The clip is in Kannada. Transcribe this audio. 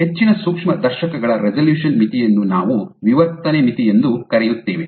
ಹೆಚ್ಚಿನ ಸೂಕ್ಷ್ಮದರ್ಶಕಗಳ ರೆಸಲ್ಯೂಶನ್ ಮಿತಿಯನ್ನು ನಾವು ವಿವರ್ತನೆ ಮಿತಿ ಎಂದು ಕರೆಯುತ್ತೇವೆ